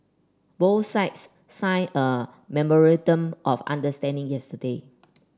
both sides signed a memorandum of understanding yesterday